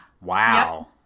Wow